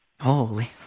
Holy